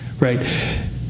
right